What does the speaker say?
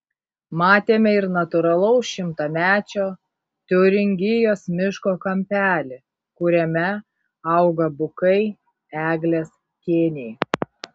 matėme ir natūralaus šimtamečio tiuringijos miško kampelį kuriame auga bukai eglės kėniai